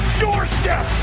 doorstep